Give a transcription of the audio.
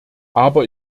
aber